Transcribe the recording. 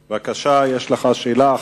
בבקשה, יש לך שאלה.